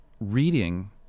reading